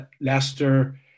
Leicester